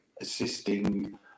assisting